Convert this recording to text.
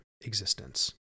existence